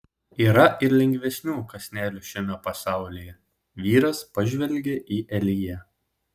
yra ir lengvesnių kąsnelių šiame pasaulyje vyras pažvelgia į eliją